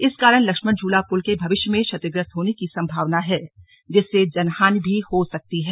इस कारण लक्ष्मण झूला पुल के भविष्य में क्षतिग्रस्त होने की सम्भावना है जिससे जनहानि भी हो सकती है